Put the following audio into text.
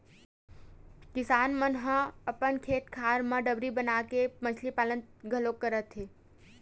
किसान मन ह अपन खेत खार म डबरी बनाके मछरी पालन घलोक करत हे